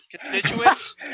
Constituents